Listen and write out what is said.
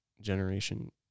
Generation